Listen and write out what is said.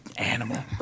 animal